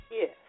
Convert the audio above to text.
Yes